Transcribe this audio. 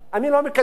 אני לא מקדם אותו.